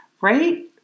right